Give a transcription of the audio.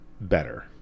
better